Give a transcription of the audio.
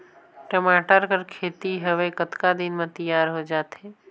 टमाटर कर खेती हवे कतका दिन म तियार हो जाथे?